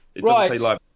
Right